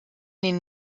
den